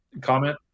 comment